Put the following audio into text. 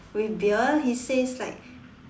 with beer he says like